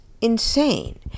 insane